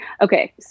Okay